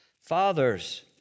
Fathers